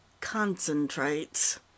concentrates